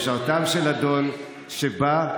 משרתיו של אדון שבא,